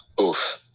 Oof